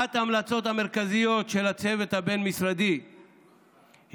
אחת ההמלצות המרכזיות של הצוות הבין-משרדי היא